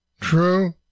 True